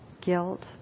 guilt